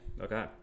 Okay